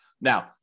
Now